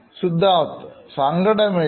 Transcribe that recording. Siddharth സങ്കടമില്ല